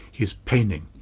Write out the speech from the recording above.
he's paining.